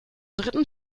dritten